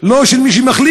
הוא לא של מי שמחליט,